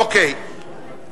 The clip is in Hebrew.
אוקיי,